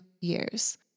years